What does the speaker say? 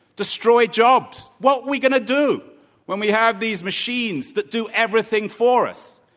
destroy jobs. what are we going to do when we have these machines that do everything for us?